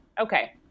Okay